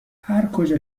هرکجا